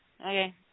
Okay